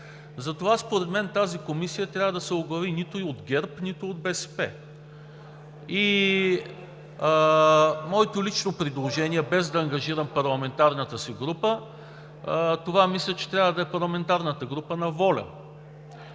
Затова според мен тази комисия не трябва да се оглави нито от ГЕРБ, нито от БСП. Моето лично предложение, без да ангажирам парламентарната си група, мисля, че трябва да е парламентарната група на „Воля“.